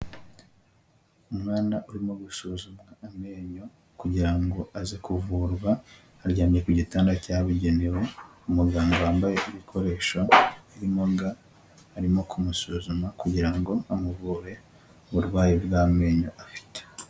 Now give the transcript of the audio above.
Umwana urimo gusuzumwa amenyo kugira ngo aze kuvurwa, aryamye ku gitanda cyabugenewe, umuganga wambaye ibikoresho biriimo ga arimo kumusuzuma kugira ngo amuvu uburwayi bw'amenyo afite.